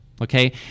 Okay